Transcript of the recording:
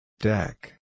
Deck